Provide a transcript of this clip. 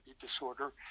disorder